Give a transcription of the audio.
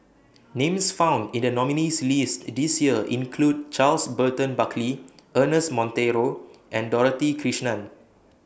Names found in The nominees' list This Year include Charles Burton Buckley Ernest Monteiro and Dorothy Krishnan